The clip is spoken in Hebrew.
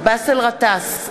באסל גטאס,